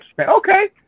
Okay